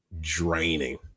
draining